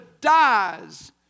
dies